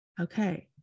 Okay